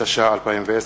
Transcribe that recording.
התש"ע 2010,